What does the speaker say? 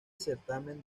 certamen